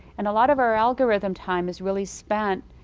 and a lot of our algorithm time is really spent